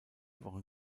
wochen